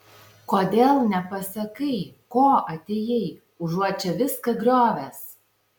kodėl nepasakai ko atėjai užuot čia viską griovęs